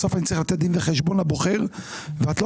בסוף אני צריך לתת דין וחשבון לבוחר ואת לא